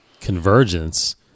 Convergence